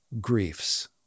griefs